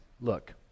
Look